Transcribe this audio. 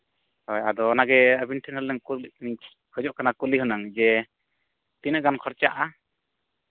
ᱦᱳᱭ ᱟᱫᱚ ᱚᱱᱟ ᱜᱮ ᱟᱹᱵᱤᱱ ᱴᱷᱮᱱᱱ ᱦᱩᱱᱟᱹᱝ ᱠᱩᱞᱤ ᱠᱷᱚᱡᱚᱜ ᱠᱟᱱᱟ ᱠᱩᱞᱤ ᱦᱩᱱᱟᱹᱝ ᱡᱮ ᱛᱤᱱᱟᱹᱜ ᱜᱟᱱ ᱠᱷᱚᱨᱪᱟᱜᱼᱟ